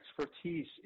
expertise